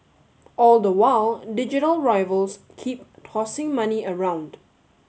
all the while digital rivals keep tossing money around